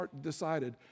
decided